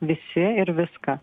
visi ir viską